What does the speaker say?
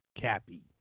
Cappy